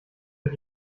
mit